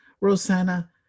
Rosanna